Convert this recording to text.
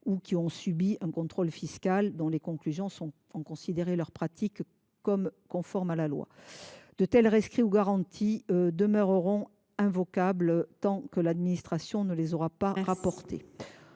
qui ont subi un contrôle fiscal dont les conclusions ont considéré que leur pratique était conforme à la loi. De tels rescrits ou garanties demeureront invocables tant que l’administration ne les aura pas rapportés.